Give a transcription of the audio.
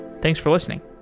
thanks for listening.